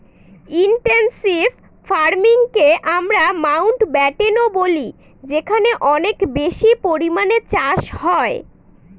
intensive ফার্মিংকে আমরা মাউন্টব্যাটেনও বলি যেখানে অনেক বেশি পরিমানে চাষ হয়